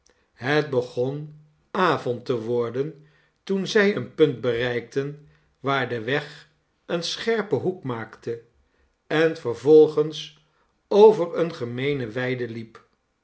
het begon avond te worden toen zij een punt bereikten waar de weg een scherpen hoek maakte en vervolgens over eene gemeene weide liep